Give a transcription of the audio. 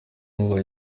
ngo